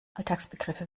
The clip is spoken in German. alltagsbegriffe